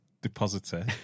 depositor